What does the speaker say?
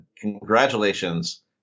congratulations